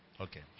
Okay